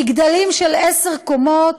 מגדלים של עשר קומות,